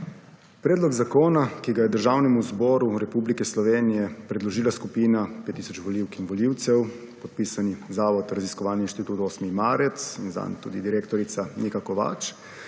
Predlog zakona, ki ga je Državnemu zboru Republike Slovenije predložila skupina 5 tisoč volivk in volivcev, podpisani Zavod raziskovalni inštitut 8. marec in zanj tudi direktorica Nika Kovač,